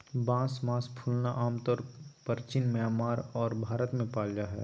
बांस मास फूलना आमतौर परचीन म्यांमार आर भारत में पाल जा हइ